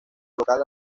local